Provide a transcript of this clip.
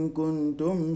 Kuntum